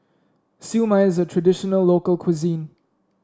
Siew Mai is a traditional local cuisine